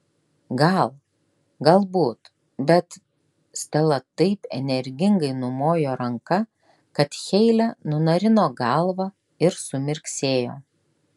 gal galbūt bet stela taip energingai numojo ranka kad heile nunarino galvą ir sumirksėjo